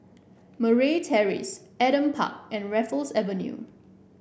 Murray Terrace Adam Park and Raffles Avenue